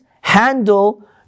handle